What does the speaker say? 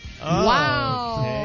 Wow